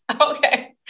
Okay